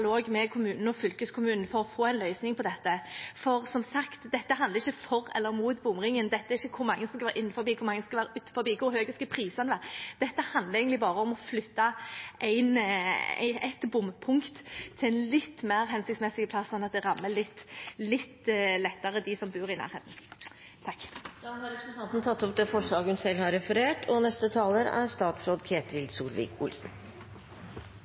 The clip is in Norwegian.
med kommunen og fylkeskommunen for å få en løsning på dette. For som sagt, dette handler ikke om for eller mot bomringen, og ikke om hvor mange som skal være innenfor, og hvor mange som skal være utenfor, eller hvor høye prisene skal være. Dette handler egentlig bare om å flytte et bompunkt til en litt mer hensiktsmessig plass, slik at det rammer litt mindre dem som bor i nærheten. Representanten Iselin Nybø har tatt opp det forslaget hun